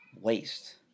waste